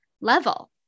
level